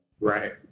right